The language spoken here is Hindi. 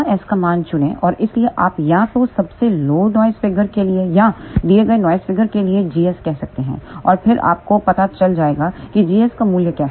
ΓS का मान चुनें और इसलिए आप या तो सबसे लो नॉइस फिगर के लिए या दिए गए नॉइस फिगर के लिए gsकह सकते हैं और फिर आपको पता चल जाएगा कि gs का मूल्य क्या है